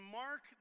mark